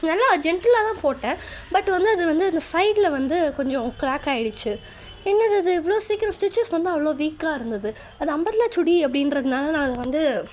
நல்லா ஜென்ட்டிலாகதான் போட்டேன் பட் வந்து அது வந்து அந்த சைடில் வந்து கொஞ்சம் கிராக் ஆகிடுச்சி என்னது இது இவ்வளோ சீக்கிரம் ஸ்டிச்சஸ் வந்து அவ்வளோ வீக்காக இருந்தது அது அம்பர்ளாக சுடி அப்படின்றதுனால நான் அதை வந்து